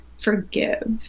forgive